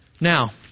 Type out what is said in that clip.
Now